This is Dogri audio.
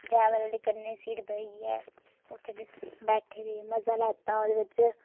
डरैवर दे कन्ने सीट बेहियै बैठे दे हे मजा लैता ओह्दे बिच